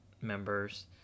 members